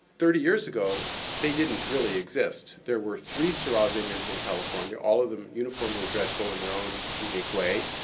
thirty years ago they didn't really exist. there were three sirah vineyards in california. all of them uniformly dreadful in their own unique way.